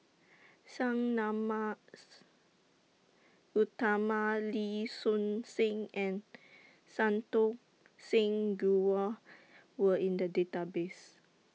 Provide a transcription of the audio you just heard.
Sang Nama's Utama Lee Choon Seng and Santokh Singh Grewal were in The Database